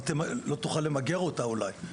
לא תוכל אולי למגר אותה,